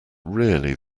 really